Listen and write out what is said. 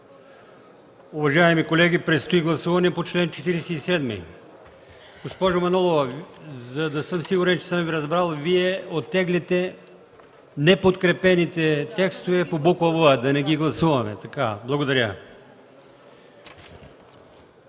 Уважаеми колеги, предстои гласуване по чл. 47. Госпожо Манолова, за да съм сигурен, че съм Ви разбрал, Вие оттегляте неподкрепените текстове по буква „в” – да не ги гласуваме. Благодаря.